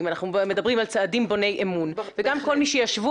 אם אנחנו מדברים על צעדים בוני אמון גם כל מי שישבו